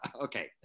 Okay